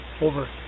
Over